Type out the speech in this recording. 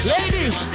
Ladies